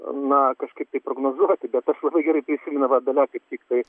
na kažkaip tai prognozuoti bet aš labai gerai prisimenu vat dalia kaip tiktai